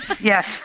Yes